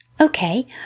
Okay